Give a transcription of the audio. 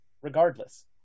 regardless